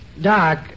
Doc